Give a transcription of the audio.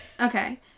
Okay